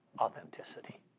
authenticity